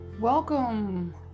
Welcome